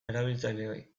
erabiltzaileoi